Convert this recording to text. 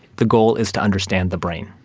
the goal is to understand the brain.